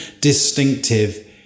distinctive